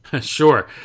sure